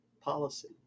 policy